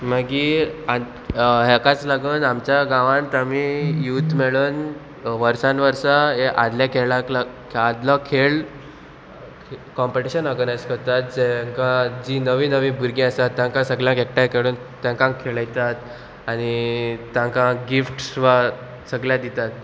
मागीर हाकाच लागून आमच्या गांवांत आमी यूथ मेळून वर्सान वर्सा हे आदल्या खेळाक लाग आदलो खेळ कॉम्पिटिशन ऑर्गनायज करतात जांकां जी नवी नवी भुरगीं आसात तांकां सगल्यांक एकठांय खेळून तांकां खेळयतात आनी तांकां गिफ्ट वा सगल्या दितात